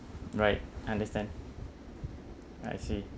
right understand I see